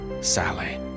Sally